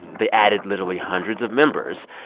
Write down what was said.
they added literally hundreds of members.